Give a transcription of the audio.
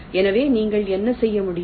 எனவே நீங்கள் என்ன செய்ய முடியும்